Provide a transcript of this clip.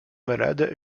malade